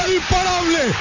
imparable